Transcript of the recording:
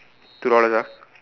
two dollars ah